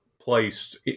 placed